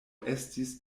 estis